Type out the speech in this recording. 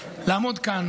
לעמוד כאן